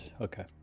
okay